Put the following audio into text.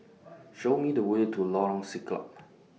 Show Me The Way to Lorong Siglap